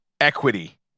equity